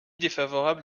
défavorable